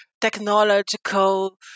technological